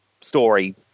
story